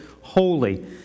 holy